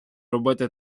робити